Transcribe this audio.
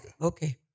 Okay